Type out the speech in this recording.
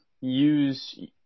use